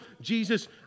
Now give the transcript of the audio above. Jesus